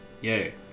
Yay